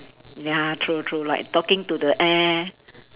ya true true like talking to the air